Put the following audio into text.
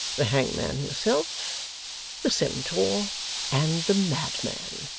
the hangman himself the centaur and the madman.